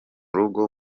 rugo